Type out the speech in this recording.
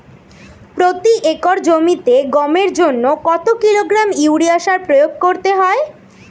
প্রতি একর জমিতে গমের জন্য কত কিলোগ্রাম ইউরিয়া সার প্রয়োগ করতে হয়?